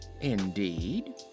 indeed